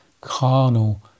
carnal